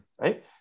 Right